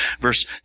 verse